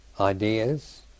ideas